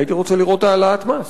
הייתי רוצה לראות העלאת מס.